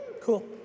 Cool